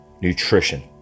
nutrition